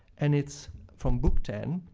and it's from book ten,